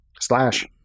Slash